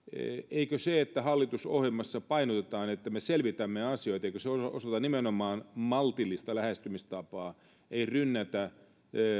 eikö se että hallitusohjelmassa painotetaan että me selvitämme asioita osoita nimenomaan maltillista lähestymistapaa ei rynnätä